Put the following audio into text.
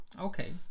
okay